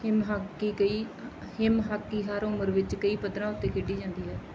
ਹਿਮ hockey ਕਈ ਹਿਮ hockey ਹਰ ਉਮਰ ਵਿੱਚ ਕਈ ਪੱਧਰਾਂ ਉੱਤੇ ਖੇਡੀ ਜਾਂਦੀ ਹੈ